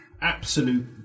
absolute